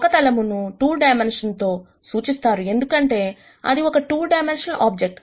ఒక తలమును 2 డైమెన్షన్ తో సూచిస్తారు ఎందుకంటే ఇది ఒక 2 డైమెన్షనల్ ఆబ్జెక్ట్